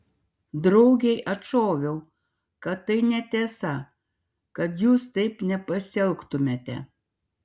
draugei atšoviau kad tai netiesa kad jūs taip nepasielgtumėte